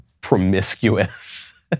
promiscuous